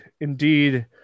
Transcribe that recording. Indeed